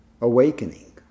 awakening